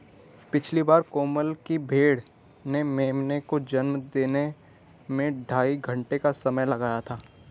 पिछली बार कोमल की भेड़ ने मेमने को जन्म देने में ढाई घंटे का समय लगाया था